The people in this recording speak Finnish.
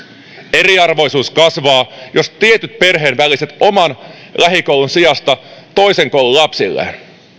eriarvoisuus kasvaa jos tietyt perheet valitsevat oman lähikoulun sijasta toisen koulun lapsilleen